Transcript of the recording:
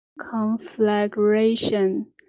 conflagration